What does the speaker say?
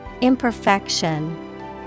Imperfection